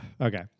Okay